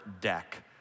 deck